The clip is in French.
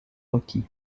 requis